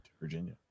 Virginia